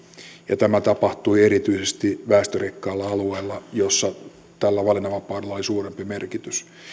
ja tämä tapahtui erityisesti väestörikkailla alueilla missä tällä valinnanvapaudella oli suurempi merkitys